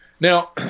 Now